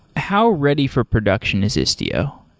how ready for production is istio?